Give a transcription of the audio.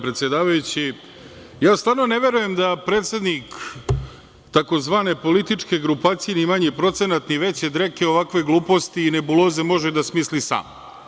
Stvarno ne verujem da predsednik tzv. političke grupacije ni manji procenat ni veće dreke ovakve gluposti i nebuloze može da smisli sam.